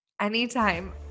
Anytime